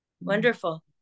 Wonderful